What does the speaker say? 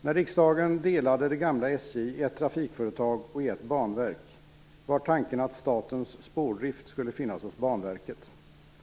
När riksdagen delade det gamla SJ i ett trafikföretag och ett banverk var tanken att statens spårdrift skulle finnas hos Banverket.